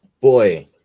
Boy